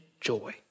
joy